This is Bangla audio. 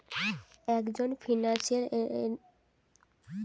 একজন ফিনান্সিয়াল এনালিস্ট হচ্ছে ফিনান্সিয়াল ব্যাপারে একজন বিশেষজ্ঞ